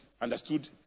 understood